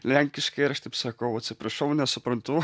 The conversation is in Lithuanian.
lenkiškai ir aš taip sakau atsiprašau nesuprantu